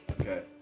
Okay